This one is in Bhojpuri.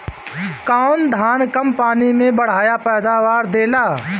कौन धान कम पानी में बढ़या पैदावार देला?